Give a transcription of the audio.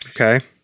Okay